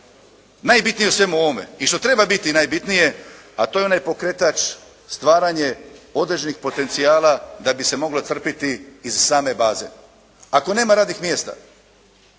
najbitnije u svemu ovome i što treba biti najbitnije, a to je onaj pokretač stvaranje određenih potencijala da bi se moglo crpiti iz same baze. Ako nema radnih mjesta,